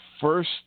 first